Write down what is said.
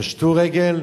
פשטו רגל,